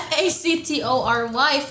Factory